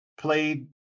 Played